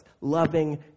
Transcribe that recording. loving